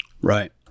Right